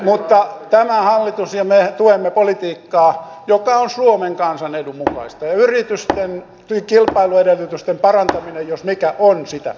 mutta tämä hallitus ja me tuemme politiikkaa joka on suomen kansan edun mukaista ja yritysten kilpailuedellytysten parantaminen jos mikä on sitä